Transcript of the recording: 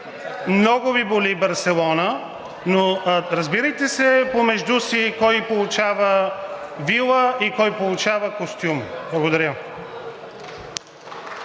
много Ви боли Барселона, но разбирайте се помежду си кой получава вила и кой получава костюм. Благодаря.